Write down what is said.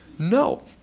no.